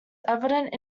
evident